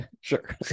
Sure